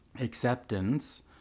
Acceptance